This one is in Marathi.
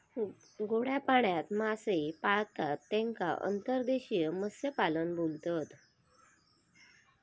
गोड्या पाण्यात मासे पाळतत तेका अंतर्देशीय मत्स्यपालन बोलतत